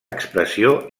expressió